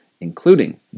including